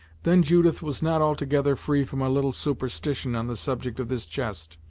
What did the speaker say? then judith was not altogether free from a little superstition on the subject of this chest,